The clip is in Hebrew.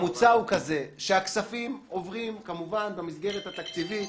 מוצע שהכספים עוברים כמובן במסגרת התקציבית